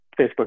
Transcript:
Facebook